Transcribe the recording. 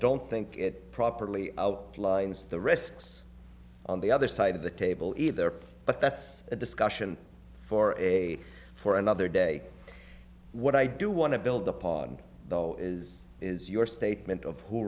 don't think it properly out lines the risks on the other side of the table either but that's a discussion for a for another day what i do want to build upon though is is your statement of who